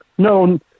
No